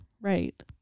Right